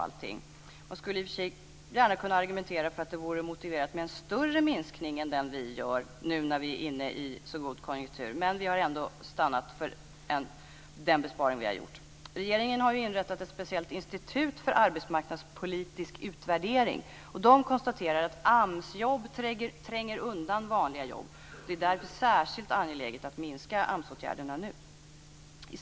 Man skulle i och för sig gärna kunna argumentera för att det vore motiverat med en större minskning än den vi gör, nu när vi är inne i en så god konjunktur. Men vi har ändå stannat vid den besparing som vi har gjort. Regeringen har inrättat ett speciellt institut för arbetsmarknadspolitisk utvärdering, som konstaterar att AMS-jobb tränger undan vanliga jobb. Det är därför särskilt angeläget att minska AMS-åtgärderna nu.